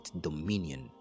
dominion